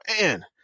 Man